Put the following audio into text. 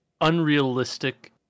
unrealistic